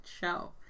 show